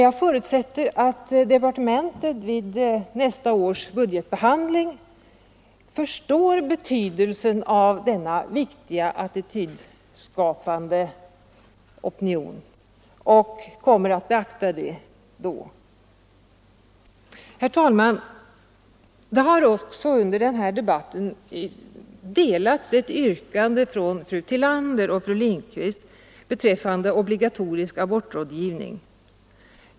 Jag förutsätter att departementet vid nästa budgetbehandling förstår betydelsen av denna viktiga attitydskapande opinion och kommer att beakta saken då. Herr talman! Det har under debatten framställts ett yrkande av fru Tillander och fru Lindquist beträffande obligatorisk abortrådgivning.